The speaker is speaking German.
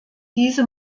diese